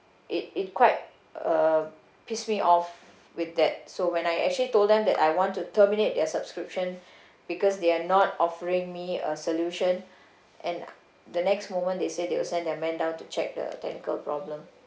it it quite uh piss me off with that so when I actually told them that I want to terminate their subscription because they are not offering me a solution and the next moment they say they will send their man down to check the technical problem